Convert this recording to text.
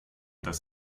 dass